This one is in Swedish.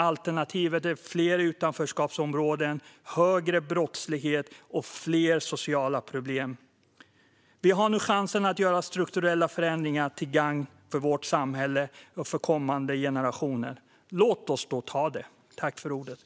Alternativet är fler utanförskapsområden, högre brottslighet och fler sociala problem. Vi har nu chansen att göra strukturella förändringar till gagn för vårt samhälle och för kommande generationer. Låt oss ta den!